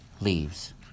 leaves